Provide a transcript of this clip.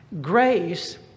Grace